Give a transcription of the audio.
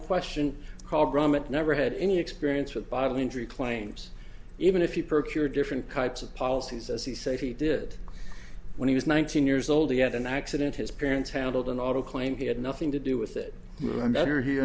question called ramat never had any experience with bodily injury claims even if you procure different types of policies as he said he did when he was nineteen years old he had an accident his parents handled an auto claim he had nothing to do with it better he